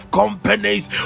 companies